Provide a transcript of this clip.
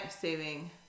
saving